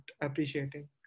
appreciating